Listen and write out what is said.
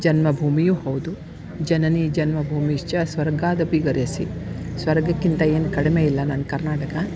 ಜನ್ಮ ಭೂಮಿಯು ಹೌದು ಜನನೀ ಜನ್ಮ ಭೂಮಿಶ್ಚ ಸ್ವರ್ಗಾದಪಿ ಗರೇಸಿ ಸ್ವರ್ಗಕ್ಕಿಂತ ಏನು ಕಡಿಮೆ ಇಲ್ಲ ನನ್ನ ಕರ್ನಾಟಕ